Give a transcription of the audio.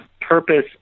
purpose